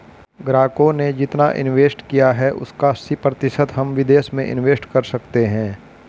ग्राहकों ने जितना इंवेस्ट किया है उसका अस्सी प्रतिशत हम विदेश में इंवेस्ट कर सकते हैं